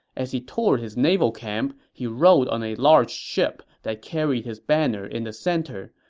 as he toured his naval camp, he rode on a large ship that carried his banner in the center,